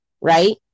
right